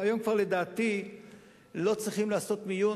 לדעתי היום כבר לא צריכים לעשות מיון